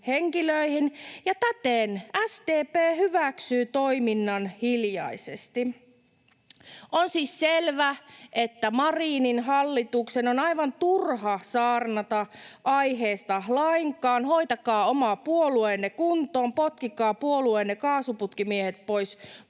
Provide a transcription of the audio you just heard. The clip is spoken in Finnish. ja täten SDP hyväksyy toiminnan hiljaisesti. On siis selvää, että Marinin hallituksen on aivan turha saarnata aiheesta lainkaan. Hoitakaa oma puolueenne kuntoon. Potkikaa puolueenne kaasuputkimiehet pois puolueestanne,